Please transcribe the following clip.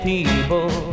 people